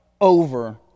over